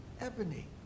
Ebony